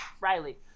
Riley